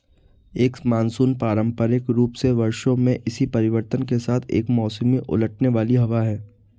एक मानसून पारंपरिक रूप से वर्षा में इसी परिवर्तन के साथ एक मौसमी उलटने वाली हवा है